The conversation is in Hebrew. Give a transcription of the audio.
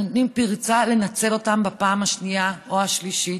אנחנו נותנים פרצה לנצל אותם בפעם השנייה או השלישית.